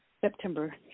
September